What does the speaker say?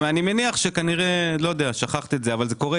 אני מתעקשת על זה.